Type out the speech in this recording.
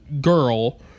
girl